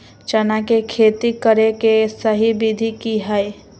चना के खेती करे के सही विधि की हय?